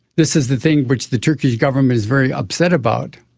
this is the thing which the turkish government is very upset about.